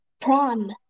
prom